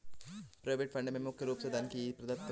provident fund में मुख्य रूप से धन ही प्रदत्त होता है